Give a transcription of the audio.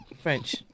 French